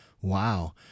Wow